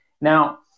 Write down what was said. Now